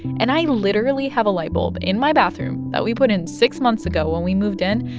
and i literally have a light bulb in my bathroom that we put in six months ago when we moved in,